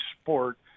sport